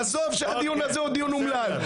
עזוב שהדיון הזה הוא דיון אומלל,